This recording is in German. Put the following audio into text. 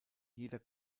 jeder